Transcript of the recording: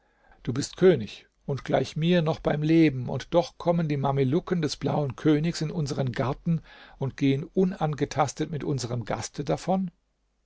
du bist könig und gleich mir noch beim leben und doch kommen die mamelucken des blauen königs in unsern garten und gehen unangetastet mit unserem gaste davon